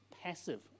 passive